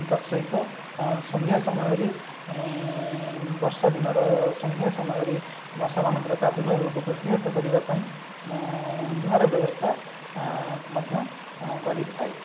ତତ୍ ସହିତ ଆଉ ସନ୍ଧ୍ୟା ସମୟରେ ବର୍ଷାଦିନର ସନ୍ଧ୍ୟା ସମୟରେ ମଶାମାନଙ୍କ ପ୍ରାଦୁର୍ଭାବକୁ ପ୍ରତ୍ୟାଘାତ କରିବାପାଇଁ ମୁଁ ଧୂଆଁର ବ୍ୟବସ୍ଥା ଆଁ ମଧ୍ୟ କରିଥାଏ